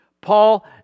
Paul